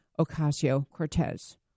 Ocasio-Cortez